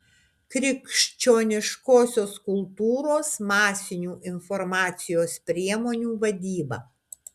krikščioniškosios kultūros masinių informacijos priemonių vadyba